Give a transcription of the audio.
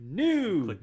news